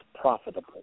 profitable